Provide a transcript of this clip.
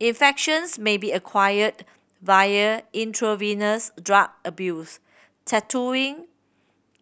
infections may be acquired via intravenous drug abuse tattooing